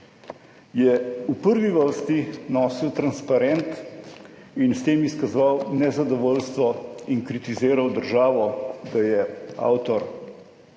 je v prvi vrsti nosil transparent in s tem izkazoval nezadovoljstvo in kritiziral državo, da je avtor